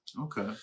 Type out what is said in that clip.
Okay